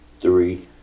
three